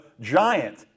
giant